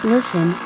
Listen